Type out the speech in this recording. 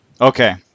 Okay